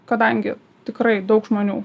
kadangi tikrai daug žmonių